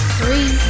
three